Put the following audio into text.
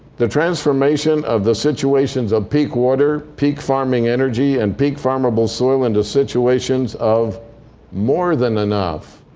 the transformation of the situations of peak water, peak farming energy, and peak farmable soil into situations of more than enough.